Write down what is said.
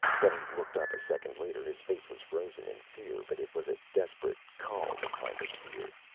when he looked up a second later, his face was frozen in fear, but it was a desperate, calm kind of fear.